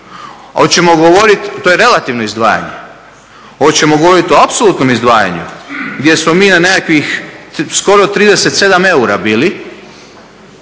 koji su službeni. To je relativno izdvajanje. Hoćemo govoriti o apsolutnom izdvajanju gdje smo mi na nekakvih skoro 37 eura bili,